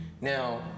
Now